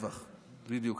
נעשה טבח, בדיוק.